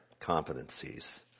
competencies